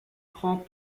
prend